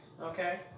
Okay